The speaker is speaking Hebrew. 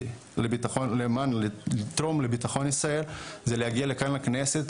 לביטחון למען לתרום לביטחון ישראל זה להגיע לכאן לכנסת,